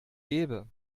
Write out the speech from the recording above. gäbe